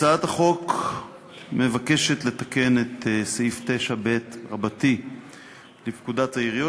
הצעת החוק מבקשת לתקן את סעיף 9ב לפקודת העיריות,